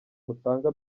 mutanga